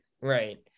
Right